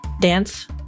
dance